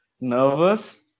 nervous